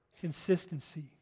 consistency